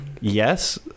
yes